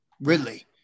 Ridley